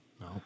No